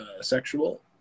sexual